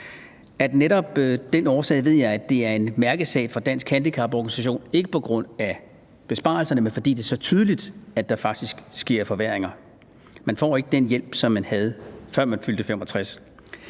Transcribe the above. den årsag ved jeg, at det er en mærkesag for Danske Handicaporganisationer, ikke på grund af besparelserne, men fordi det er så tydeligt, at der faktisk sker forværringer. Man får ikke den hjælp, som man fik, før man fyldte 65